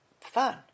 Fun